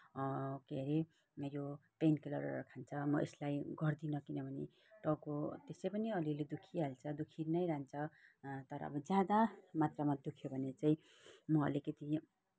के अरे यो पेन किलरहरू खान्छ म यसलाई गर्दिनँ किनभने टाउको त्यसै पनि अलिअलि दुखिहाल्छ दुखी नै रहन्छ तर अब ज्यादा मात्रामा दुख्यो भने चाहिँ म अलिकति